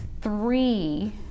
three